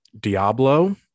Diablo